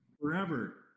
Forever